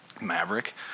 Maverick